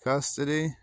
Custody